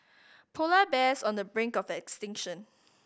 polar bears on the brink of extinction